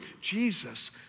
Jesus